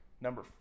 Number